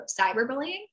cyberbullying